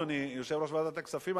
אדוני יושב-ראש ועדת הכספים,